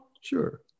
Sure